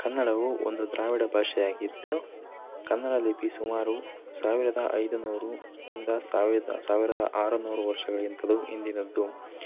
ಕನ್ನಡವು ಒಂದು ದ್ರಾವಿಡ ಭಾಷೆಯಾಗಿದ್ದು ಕನ್ನಡ ಲಿಪಿ ಸುಮಾರು ಸಾವಿರದ ಐದುನೂರು ಇಂದ ಸಾವಿದ ಸಾವಿರದ ಆರುನೂರು ವರ್ಷಗಳಿಗಿಂತಲೂ ಹಿಂದಿನದ್ದು